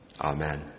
Amen